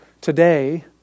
Today